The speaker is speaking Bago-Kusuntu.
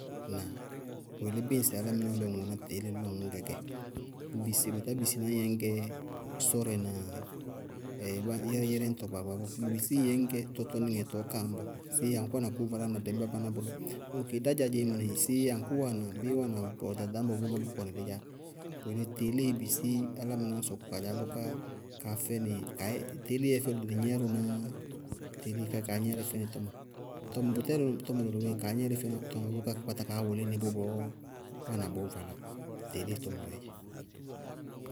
Ŋnáa? Bʋyelé bíɩ ŋsɩ álámɩná lɔ ŋwɛná teelée lɔ ŋwɛ ŋñ gɛ kɛ, bʋʋ bisí, bʋtá bisi ñyɛ ŋñgɛ sɔrɛ na yɛrɛ-yɛrɛ ñtɔ gbaagba bɔɔ, bʋ bisi ñ yɛ ŋñ gɛ tɔtɔníŋɛ tɔɔ kás mɔɔ séé yá, aŋkʋ wáana kʋʋ valá na dɩñba báná bʋlɔ, ókeé dádzá dzémɔ nɩɩ, séé yá, aŋkʋ wáana bé wáana bʋwɛ ɖaɖañbɔ bʋʋ gɛ bʋ kɔnɩ dɩ dzaá, bʋ yelé teelée bisí álámɩnáá sɔkɔ ka dzaá bʋká kaá fɛnɩ, kayéé- ayéé teelée yɛ fɛdʋ dɩ gnɛɛrʋnáá yá, teelée ká kaá gnɛɛrɩ fɛŋɛ tɔmɔ. Tɔmɔ bʋtɛɛ tɔmɔ lɔlɔ boéé, kaá gnɛɛrɩ fɛŋɛ tɔmɔ bʋká ka kpátá kaá wʋlí ŋɛ bɔɔ wáana bʋʋ valá, teelée tʋmʋrɛɛ dzɛ.